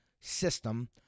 system